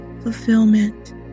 fulfillment